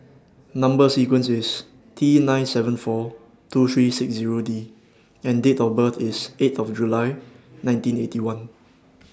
Number sequence IS T nine seven four two three six Zero D and Date of birth IS eight of July nineteen Eighty One